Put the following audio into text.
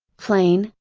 plain,